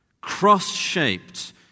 cross-shaped